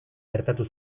gertatu